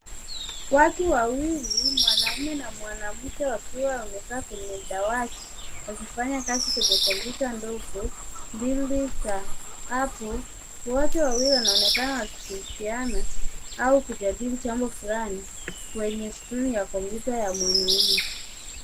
Watu wawili mwanaume na mwanamke wakiwa wamekaa dawati, wakifanya kazi kwenye kompyuta ndogo mbili za apple .Wote wawili wanaonekana wakishirikiana au kujadili jambo fulani, kwenye skrini ya kompyuta ya mwanaume.